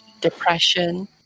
Depression